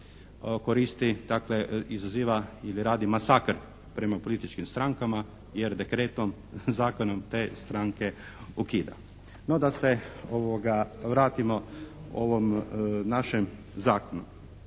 koristi takve, izaziva ili radi masakr prema političkim strankama jer dekretom zakonom te stranke ukida. No da se vratimo ovom našem zakonu.